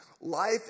Life